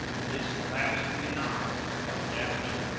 and this thousand dinars is thy dowry.